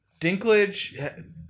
Dinklage